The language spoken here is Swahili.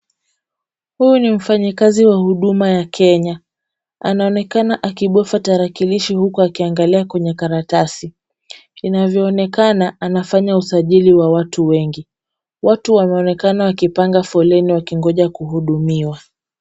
Huyu ni mfanyikazi wa huduma ya Kenya, anaonekana akibofya tarakilishi huku akiangalia kwenye karatasi. Inavyoonekana, anafanya usajili wa watu wengi. Watu wameonekana wakipanga foleni wakingoja kuhudumiwa.